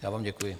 Já vám děkuji.